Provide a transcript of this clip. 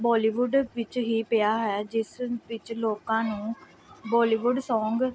Bollywood ਵਿੱਚ ਹੀ ਪਿਆ ਹੈ ਜਿਸ ਵਿੱਚ ਲੋਕਾਂ ਨੂੰ ਬੋਲੀਵੁੱਡ ਸੌਂਗ